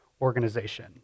organization